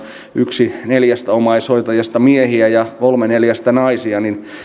yksi neljästä omaishoitajasta miehiä ja kolme neljästä naisia niin